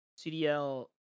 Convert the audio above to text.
CDL